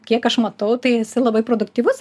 kiek aš matau tai esi labai produktyvus